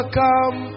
come